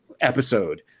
episode